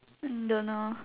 don't know